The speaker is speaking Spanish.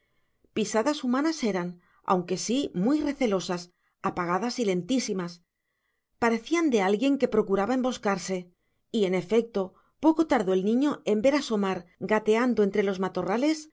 pisadas humanas eran aunque sí muy recelosas apagadas y lentísimas parecían de alguien que procuraba emboscarse y en efecto poco tardó el niño en ver asomar gateando entre los matorrales a